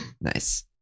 Nice